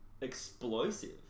explosive